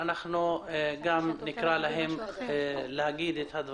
אנחנו יכולים כבר לשרטט את מבנה ההמלצות כפי